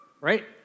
right